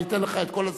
אני אתן לך את כל הזמן.